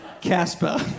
Casper